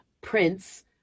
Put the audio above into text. Prince